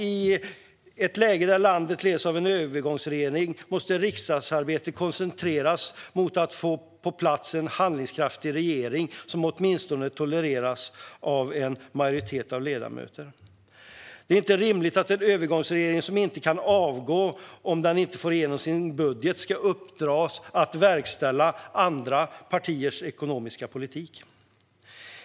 I ett läge där landet leds av en övergångsregering måste riksdagsarbetet koncentreras på att få på plats en handlingskraftig regering som åtminstone tolereras av en majoritet av ledamöterna. Det är inte rimligt att en övergångsregering som inte kan avgå om den inte får igenom sin budget ska uppdras att verkställa andra partiers ekonomiska politik.